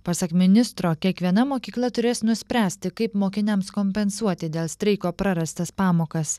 pasak ministro kiekviena mokykla turės nuspręsti kaip mokiniams kompensuoti dėl streiko prarastas pamokas